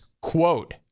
quote